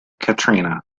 katrina